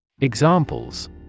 Examples